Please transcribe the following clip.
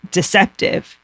deceptive